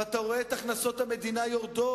ואתה רואה את הכנסות המדינה יורדות.